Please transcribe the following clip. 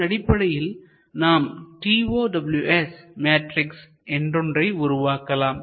இதனடிப்படையில் நாம் TOWS matrix என்றொன்றை உருவாக்கலாம்